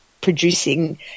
producing